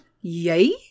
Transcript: Yay